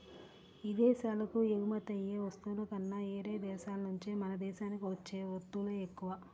ఇదేశాలకు ఎగుమతయ్యే వస్తువుల కన్నా యేరే దేశాల నుంచే మన దేశానికి వచ్చే వత్తువులే ఎక్కువ